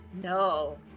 no